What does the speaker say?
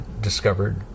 discovered